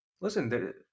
listen